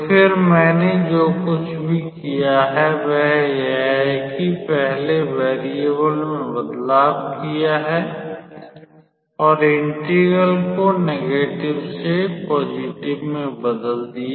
तो फिर मैंने जो कुछ भी किया है वह यह है पहले वेरीएबल में बदलाव किया है और इंटेग्रल को नकारात्मक से धनात्मक में बदल दिया